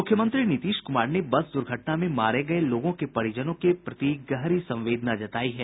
मुख्यमंत्री नीतीश कुमार ने बस दुर्घटना में मारे गये लोगों के परिजनों के प्रति गहरी संवेदना जतायी है